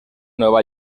nueva